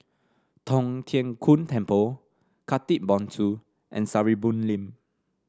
Tong Tien Kung Temple Khatib Bongsu and Sarimbun Lane